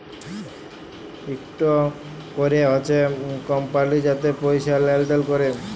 ইকট ক্যরে হছে কমপালি যাতে পয়সা লেলদেল ক্যরে